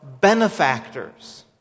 benefactors